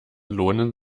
lohnen